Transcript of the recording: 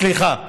סליחה.